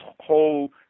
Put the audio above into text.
whole